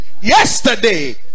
yesterday